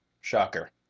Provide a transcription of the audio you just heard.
Shocker